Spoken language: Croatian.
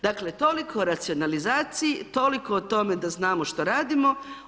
Dakle, toliko o racionalizaciji, toliko o tome da znamo šta radimo.